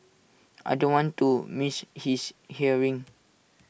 I don't want to miss his hearing